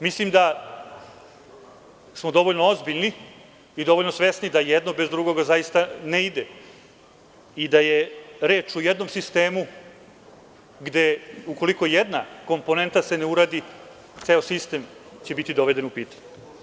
Mislim da smo dovoljno ozbiljni i dovoljno svesni da jedno bez drugoga zaista ne ide i da je reč o jednom sistemu gde ukoliko se jedna komponenta ne uradi, ceo sistem će biti doveden u pitanje.